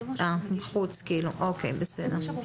בסדר.